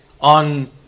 on